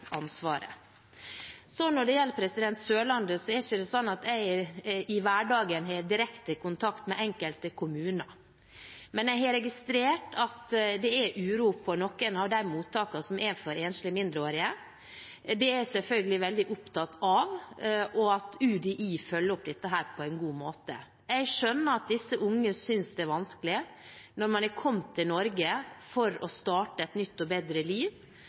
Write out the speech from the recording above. ansvaret. Når det gjelder Sørlandet, er det ikke sånn at jeg i hverdagen har direkte kontakt med enkelte kommuner, men jeg har registrert at det er uro på noen av de mottakene som er for enslige mindreårige. Det er jeg selvfølgelig veldig opptatt av, og av at UDI følger opp dette på en god måte. Jeg skjønner at disse unge synes det er vanskelig når man er kommet til Norge for å starte et nytt og bedre liv,